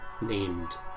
named